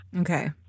Okay